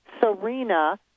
Serena